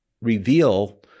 reveal